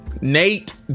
Nate